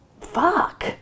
Fuck